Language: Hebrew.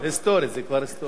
זה כבר היסטורי,